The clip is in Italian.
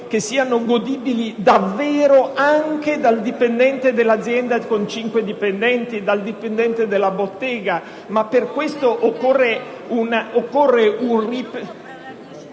che siano davvero godibili anche dal dipendente dell'azienda con cinque dipendenti, dal dipendente della bottega.